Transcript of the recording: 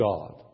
God